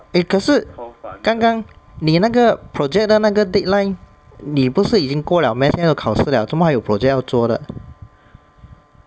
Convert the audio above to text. eh 可是刚刚你那个 project 的那个 deadline 你不是已经过 liao meh 现在都考试了做么还有 project 要做的